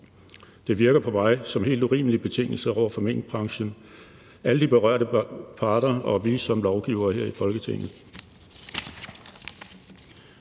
Det virker på mig som helt urimelige betingelser over for minkbranchen, alle de berørte parter og vi som lovgivere her i Folketinget.